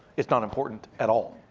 it's not important at all.